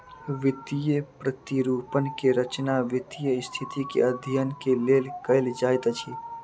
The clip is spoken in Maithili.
वित्तीय प्रतिरूपण के रचना वित्तीय स्थिति के अध्ययन के लेल कयल जाइत अछि